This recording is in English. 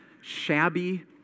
shabby